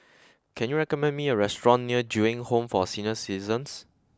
can you recommend me a restaurant near Ju Eng Home for Senior Citizens